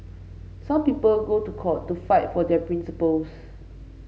some people go to court to fight for their principles